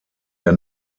der